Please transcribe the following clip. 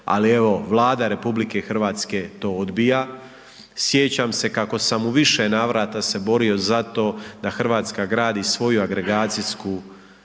ali evo Vlada Republike Hrvatske to odbija. Sjećam se kako sam se više navrata se borio za to, da Hrvatska gradi svoju agregacijsku